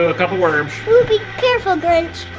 ah couple worms. oh, be careful, grinch!